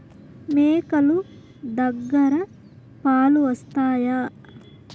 మేక లు దగ్గర పాలు వస్తాయా?